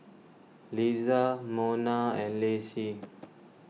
Liza Monna and Lacey